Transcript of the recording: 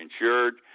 insured